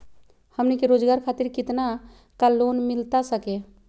हमनी के रोगजागर खातिर कितना का लोन मिलता सके?